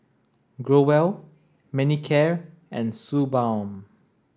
Growell Manicare and Suu Balm